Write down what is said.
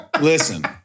Listen